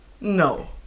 No